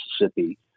Mississippi